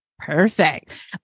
Perfect